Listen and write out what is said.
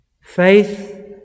Faith